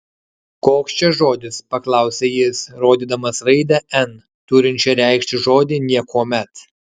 koks čia žodis paklausė jis rodydamas raidę n turinčią reikšti žodį niekuomet